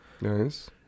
Nice